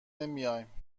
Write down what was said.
نمیایم